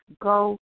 go